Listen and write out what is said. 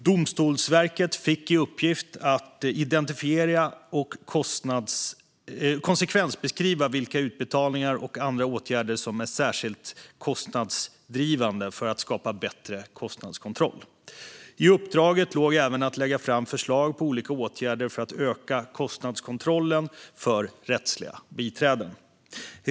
Domstolsverket fick i uppgift att identifiera och konsekvensbeskriva vilka utbetalningar och andra åtgärder som är särskilt kostnadsdrivande för att skapa bättre kostnadskontroll. I uppdraget låg även att lägga fram förslag på olika åtgärder för att öka kostnadskontrollen för rättsliga biträden.